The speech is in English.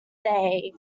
day